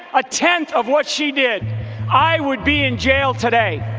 a tenth of what she did i would be in jail today.